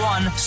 One